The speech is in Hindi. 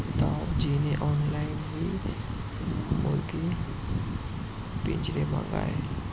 ताऊ जी ने ऑनलाइन ही मुर्गी के पिंजरे मंगाए